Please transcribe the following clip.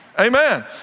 Amen